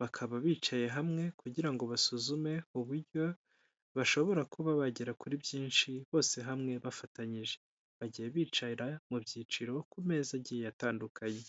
Bakaba bicaye hamwe, kugira ngo basuzume uburyo bashobora kuba bagera kuri byinshi bose hamwe bafatanyije. Bagiye bicara mu byiciro, ku meza agiye atandukanye.